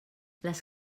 les